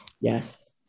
Yes